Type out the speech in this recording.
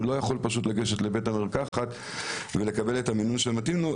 הוא לא יכול לגשת לבית מרקחת ולקבל את המינון שמתאים לו.